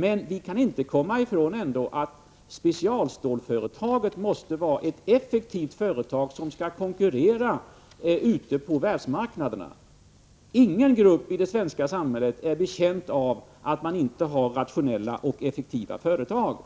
Vi kan ändå inte komma ifrån att specialstålsföretaget måste vara ett effektivt företag som skall konkurrera ute på världsmarknaden. Ingen grupp i det svenska samhället är betjänt av att man inte har rationella och effektiva företag.